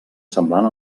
semblant